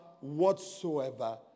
whatsoever